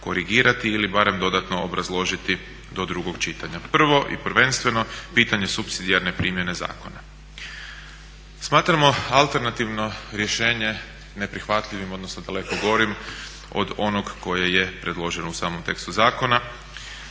korigirati ili barem dodatno obrazložiti do drugog čitanja. Prvo i prvenstveno pitanje supsidijarne primjene zakona. Smatramo alternativno rješenje neprihvatljivim odnosno daleko gorim od onog koje je predloženo u samom tekstu zakona